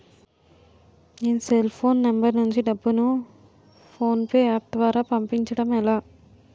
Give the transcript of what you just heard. నేను cell phone number నుంచి డబ్బును ను ఫోన్పే అప్ ద్వారా పంపించడం ఎలా?